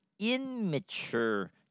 Immature